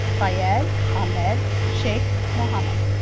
faiyaz ahmed shaik mohammed